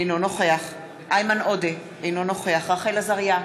אינו נוכח איימן עודה, אינו נוכח רחל עזריה,